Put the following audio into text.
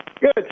Good